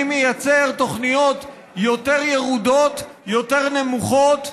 מי מייצר תוכניות יותר ירודות, יותר נמוכות.